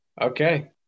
okay